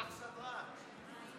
תשלח סדרן.